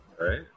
Right